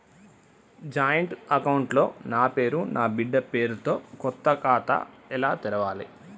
Joint account లో నా పేరు నా బిడ్డే పేరు తో కొత్త ఖాతా ఎలా తెరవాలి?